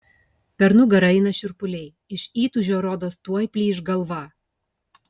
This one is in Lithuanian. per nugarą eina šiurpuliai iš įtūžio rodos tuoj plyš galva